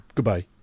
Goodbye